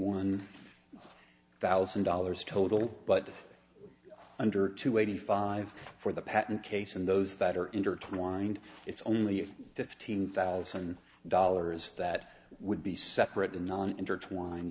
one thousand dollars total but under two eighty five for the patent case and those that are intertwined it's only fifteen thousand dollars that would be separate and non intertwined